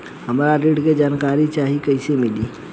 हमरा ऋण के जानकारी चाही कइसे मिली?